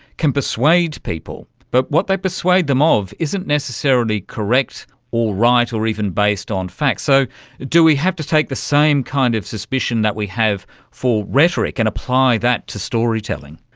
can persuade people, but what they persuade them of isn't necessarily correct or right or even based on fact. so do we have to take the same kind of suspicion that we have for rhetoric and apply that to storytelling?